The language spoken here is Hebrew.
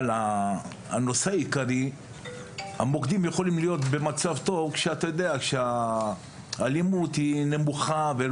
אבל המוקדים יכולים להיות במצב טוב כשהאלימות נמוכה.